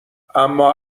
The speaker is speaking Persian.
اما